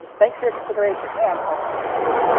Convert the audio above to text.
thanks for your consideration, and i'll see you next time!